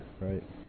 Right